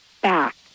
back